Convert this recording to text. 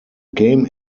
game